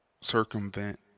circumvent